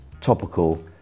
topical